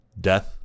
Death